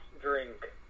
drink